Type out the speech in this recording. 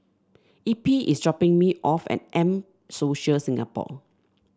Eppie is dropping me off at M Social Singapore